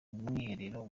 bwiherero